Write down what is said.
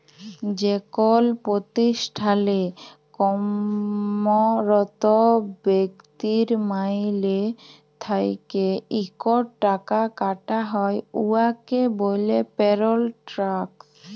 যেকল পতিষ্ঠালে কম্মরত ব্যক্তির মাইলে থ্যাইকে ইকট টাকা কাটা হ্যয় উয়াকে ব্যলে পেরল ট্যাক্স